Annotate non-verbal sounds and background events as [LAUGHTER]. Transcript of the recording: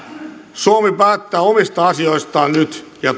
suomi päättää omista asioistaan nyt ja [UNINTELLIGIBLE]